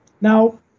now